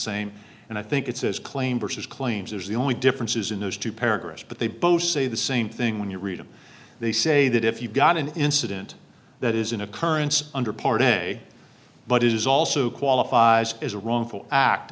same and i think it's as claim vs claims as the only differences in those two paragraphs but they both say the same thing when you read them they say that if you've got an incident that is an occurrence under par today but is also qualifies as a wrongful act